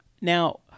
Now